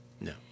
No